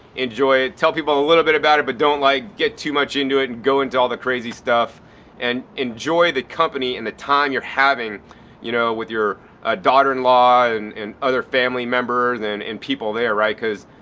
enjoy, tell people a little bit about it but don't like get too much into it and go into all the crazy stuff and enjoy the company and the time you're having you know with your ah daughter in law and and other family members and people there, right? because